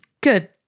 good